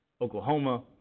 Oklahoma